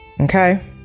Okay